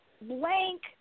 blank